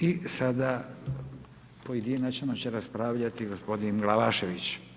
I sada pojedinačno će raspravljati gospodin Glavašević.